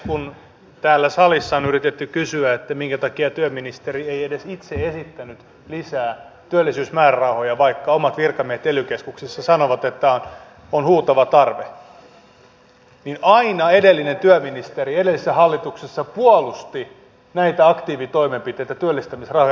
kun täällä salissa on yritetty kysyä minkä takia työministeri ei edes itse esittänyt lisää työllisyysmäärärahoja vaikka omat virkamiehet ely keskuksessa sanovat että on huutava tarve niin aina edellinen työministeri edellisessä hallituksessa puolusti näitä aktiivitoimenpiteitä työllistämisrahoja